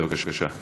אדוני, בבקשה.